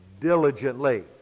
diligently